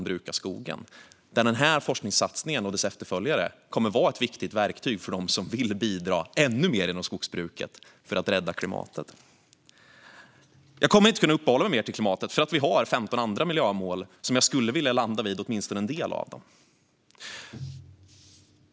Där kommer den här forskningssatsningen och dess efterföljare att vara ett viktigt verktyg för dem som vill bidra ännu mer inom skogsbruket för att rädda klimatet. Jag kommer inte att kunna uppehålla mig mer vid klimatet eftersom vi har 15 andra miljömål, och jag skulle vilja nudda vid åtminstone en del av dem.